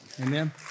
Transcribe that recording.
Amen